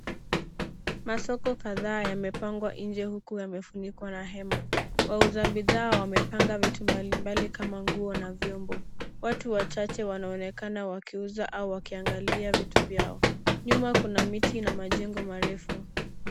Masoko kadhaa yamepangwa nje huku yamefunikwa na hema. Wauza bidhaa wamepanga vitu mbali mbali kama nguo na vyombo. Watu wachache wanaonekana wakiuza au wakiangalia vitu vyao. Nyuma kuna miti na majengo marefu.